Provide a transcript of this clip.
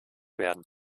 werden